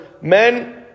men